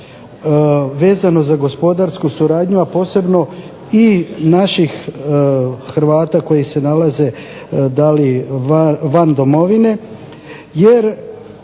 vezana za gospodarsku suradnju, a posebno i naših Hrvata koji se nalaze da li van domovine, jer